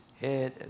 head